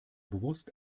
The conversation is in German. bewusst